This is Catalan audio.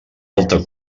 alta